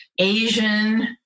Asian